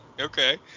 Okay